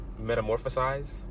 metamorphosize